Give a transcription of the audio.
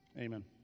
Amen